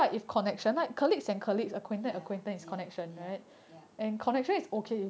ya ya ya ya